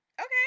Okay